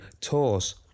tours